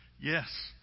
Yes